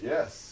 Yes